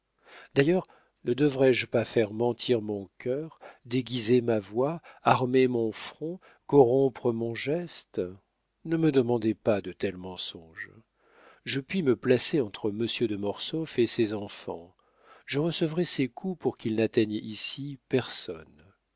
d'ailleurs ne devrais-je pas faire mentir mon cœur déguiser ma voix armer mon front corrompre mon geste ne me demandez pas de tels mensonges je puis me placer entre monsieur de mortsauf et ses enfants je recevrai ses coups pour qu'ils n'atteignent ici personne